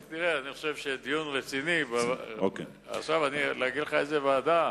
אני חושב שדיון רציני, להגיד לך באיזו ועדה?